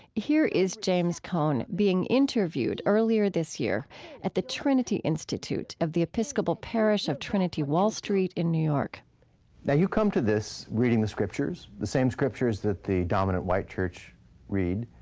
here is james cone being interviewed earlier this year at the trinity institute of the episcopal parish of trinity wall street in new york now you come to this, reading the scriptures, the same scriptures that the dominant white church read.